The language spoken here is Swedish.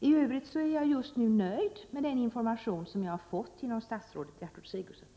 I övrigt är jag just nu nöjd med den information jag har fått av statsrådet Gertrud Sigurdsen.